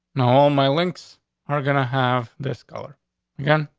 no, all my links are gonna have this color again.